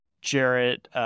Jarrett